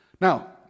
Now